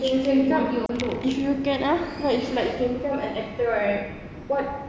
if you can become if you can ask no if you like can become an actor right what